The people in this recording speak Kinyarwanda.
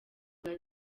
bwa